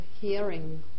hearing